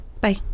Bye